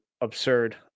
absurd